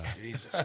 Jesus